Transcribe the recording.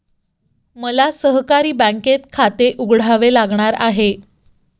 मला सहकारी बँकेत खाते उघडावे लागणार आहे